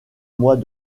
mois